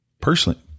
Personally